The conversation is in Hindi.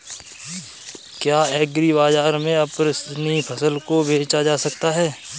क्या एग्रीबाजार में अपनी फसल को बेचा जा सकता है?